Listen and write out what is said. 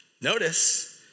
notice